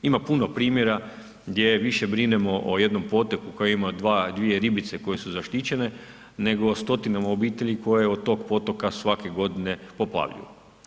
Ima puno primjera gdje više brinemo o jednom potoku koji ima 2 ribice koje su zaštićene nego stotinama obitelji koje od tog potoka svake godine poplavljuju.